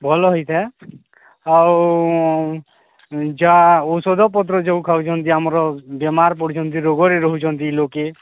ଭଲ ହେଇଥାଏ ଆଉ ଯାହା ଔଷଧ ପତ୍ର ଯେଉଁ ଖାଉଛନ୍ତି ଆମର ବେମାର ପଡ଼ୁଛନ୍ତି ରୋଗରେ ରହୁଛନ୍ତି ଲୋକେ